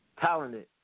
talented